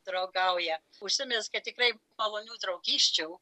draugauja užsimezėa tikrai malonių draugysčių